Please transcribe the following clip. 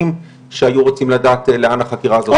שהיו רוצים לדעת לאן החקירה הזאת הולכת.